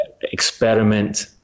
experiment